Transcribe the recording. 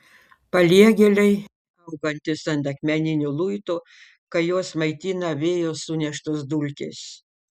paliegėliai augantys ant akmeninių luitų kai juos maitina vėjo suneštos dulkės